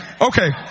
Okay